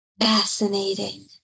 Fascinating